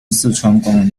四川